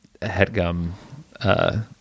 HeadGum